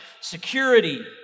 security